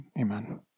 Amen